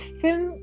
film